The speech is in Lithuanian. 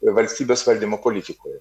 valstybės valdymo politikoje